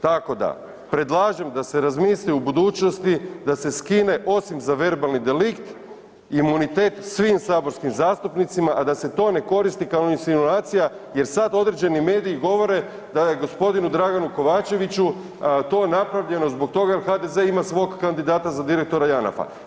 Tako da predlažem da se razmisli u budućnosti da se skine osim za verbalni delikt, imunitet svim saborskim zastupnicima, a da se to ne koristi kao insinuacija jer sad određeni mediji govore da je g. Draganu Kovačeviću to napravljeno zbog toga jel HDZ ima svog kandidata za direktora Janafa.